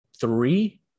Three